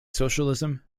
socialism